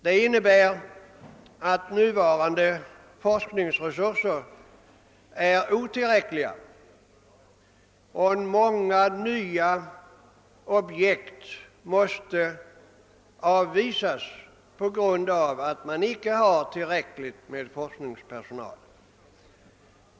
Det innebär att nuvarande forskningsresurser är otillräckliga; många nya objekt måste avvisas på grund av att man inte har tillräckligt med forskningspersonal.